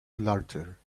larger